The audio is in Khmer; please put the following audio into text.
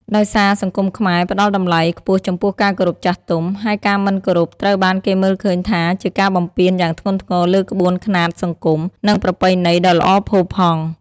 ដោយសារសង្គមខ្មែរផ្ដល់តម្លៃខ្ពស់ចំពោះការគោរពចាស់ទុំ ហើយការមិនគោរពត្រូវបានគេមើលឃើញថាជាការបំពានយ៉ាងធ្ងន់ធ្ងរលើក្បួនខ្នាតសង្គម និងប្រពៃណីដ៏ល្អផូរផង់។